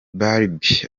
barbie